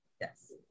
Yes